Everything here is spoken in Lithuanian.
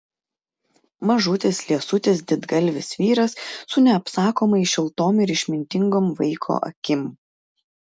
mažutis liesutis didgalvis vyras su neapsakomai šiltom ir išmintingom vaiko akim